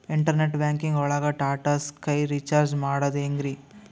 Internet banking ಒಳಗ್ Tata sky recharge ಮಾಡದ್ ಹೆಂಗ್ರೀ?